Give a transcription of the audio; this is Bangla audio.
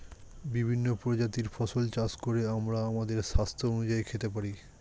বিভিন্ন প্রজাতির ফসল চাষ করে আমরা আমাদের স্বাস্থ্য অনুযায়ী খেতে পারি